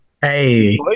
Hey